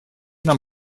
нам